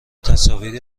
تصاویری